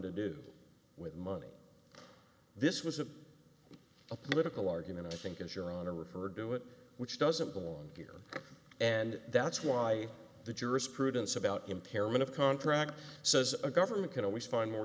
to do with money this was a political argument i think as your honor referred to it which doesn't belong here and that's why the jurisprudence about impairment of contract says a government can always find more